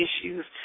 issues